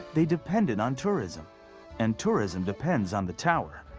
they depended on tourism and tourism depends on the tower.